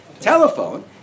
telephone